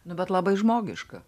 nu bet labai žmogiška